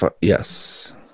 Yes